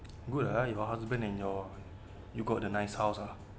good ah if your husband and your you got a nice house ah